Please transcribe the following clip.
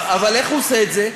אבל איך הוא עושה את זה?